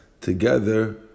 together